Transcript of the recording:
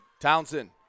Townsend